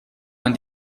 man